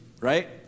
right